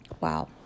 wow